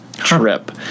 Trip